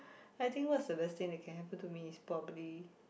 I think what's the best thing that can happen to me is probably